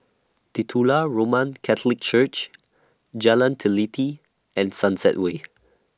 Titular Roman Catholic Church Jalan Teliti and Sunset Way